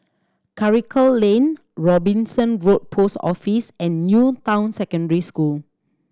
Karikal Lane Robinson Road Post Office and New Town Secondary School